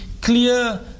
clear